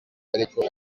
ariko